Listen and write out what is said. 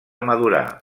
madurar